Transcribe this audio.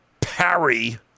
Parry